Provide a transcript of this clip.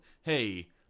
hey